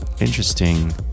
interesting